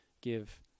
give